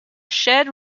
shared